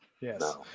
Yes